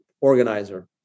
organizer